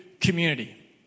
community